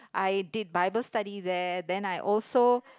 I did bible study there then I also